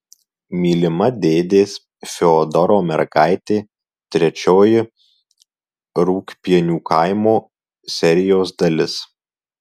mylima dėdės fiodoro mergaitė trečioji rūgpienių kaimo serijos dalis